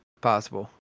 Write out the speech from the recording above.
possible